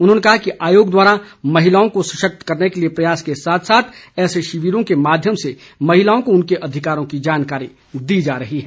उन्होंने कहा कि आयोग द्वारा महिलाओं को सशक्त करने के लिए प्रयास के साथ साथ ऐसे शिविरों के माध्यम से महिलाओं को उनके अधिकारों की जानकारी दी जा रही है